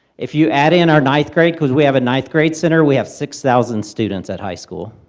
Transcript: if you add in our ninth grade, because we have a ninth grade center, we have six thousand students at high school.